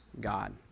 God